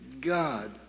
god